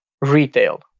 retail